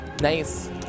Nice